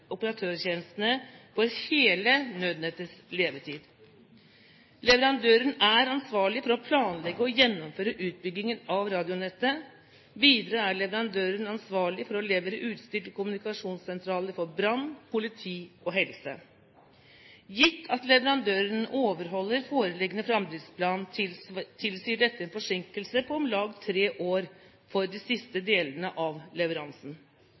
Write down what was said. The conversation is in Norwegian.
operatørtjenestene for hele nødnettets levetid. Leverandøren er ansvarlig for å planlegge og gjennomføre utbyggingen av radionettet. Videre er leverandøren ansvarlig for å levere utstyr til kommunikasjonssentraler for brann, politi og helse. Gitt at leverandøren overholder foreliggende fremdriftsplan, tilsier dette en forsinkelse på om lag tre år for de siste delene av leveransen.